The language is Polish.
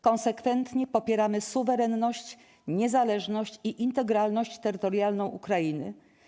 Konsekwentnie popieramy suwerenność, niezależność i integralność terytorialną Ukrainy.